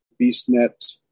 BeastNet